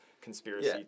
conspiracy